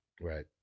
Right